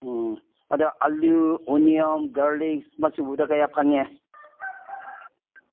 ꯎꯝ ꯑꯗꯣ ꯑꯥꯜꯂꯨ onion garlic ꯃꯆꯨꯗ ꯀꯌꯥ ꯐꯪꯉꯦ